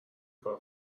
کارو